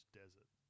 desert